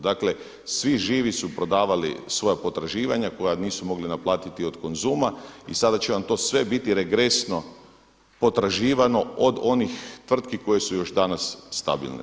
Dakle svi živi su prodavali svoja potraživanja koja nisu mogli naplatiti od Konzuma i sada će vam to sve biti regresno potraživano od onih tvrtki koje su još danas stabilne.